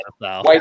white